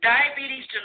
Diabetes